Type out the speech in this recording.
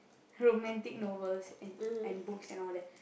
romantic novels and and books and all that